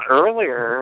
earlier